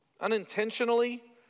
unintentionally